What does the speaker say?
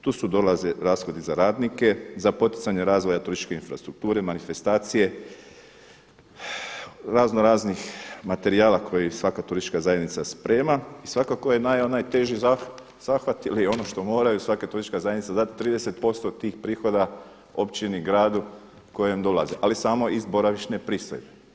Tu dolaze rashodi za radnike, za poticanje razvoja turističke infrastrukture, manifestacije, razno raznih materijala koji svaka turistička zajednica sprema i svakako je onaj najteži zahvat ili ono što moraju svaka turistička zajednica dat 30% tih prihoda općini, gradu kojem dolaze ali samo iz boravišne pristojbe.